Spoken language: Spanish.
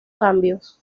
cambios